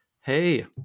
hey